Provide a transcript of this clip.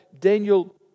Daniel